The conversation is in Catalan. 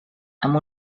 amb